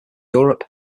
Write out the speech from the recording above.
europe